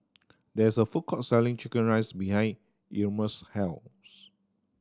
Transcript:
there is a food court selling chicken rice behind Erasmus' health